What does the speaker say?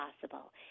possible